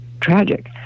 tragic